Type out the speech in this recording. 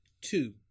two